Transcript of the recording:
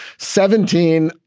seventeen,